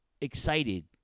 excited